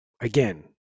again